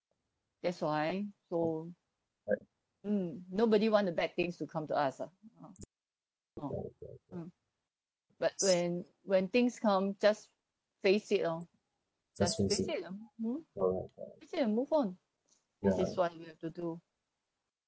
that's why so mm nobody want the bad things to come to us ah orh mm but when when things come just face it loh just face it lah hmm face it and move on this is what you have to do